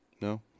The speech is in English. No